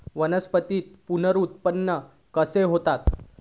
वनस्पतीत पुनरुत्पादन कसा होता?